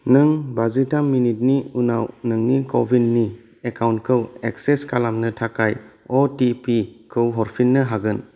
नों बाजिथाम मिनिटनि उनाव नोंनि क'विननि एकाउन्टखौ एक्सेस खालामनो थाखाय अ टि पि खौ हरफिननो हागोन